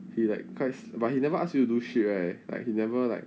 he like pais~ but he never ask you do shit right like he never like